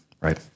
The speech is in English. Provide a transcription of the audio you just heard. right